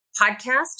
Podcast